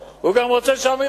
אז מה אם הוא רוצה היום?